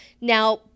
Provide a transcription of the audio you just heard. Now